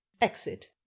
Exit